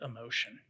emotion